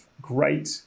great